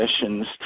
missions